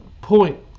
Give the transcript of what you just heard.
point